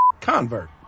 convert